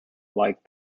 liked